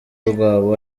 rwabo